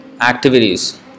Activities